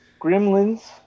Gremlins